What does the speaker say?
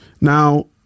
Now